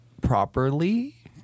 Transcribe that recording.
properly